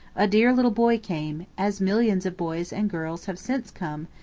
a dear little boy came, as millions of boys and girls have since come,